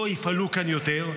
אונר"א לא יפעלו כאן יותר.